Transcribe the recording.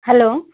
hello